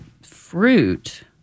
fruit